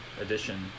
edition